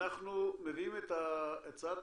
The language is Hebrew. אנחנו מביאים את הצעת